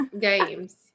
games